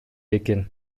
экен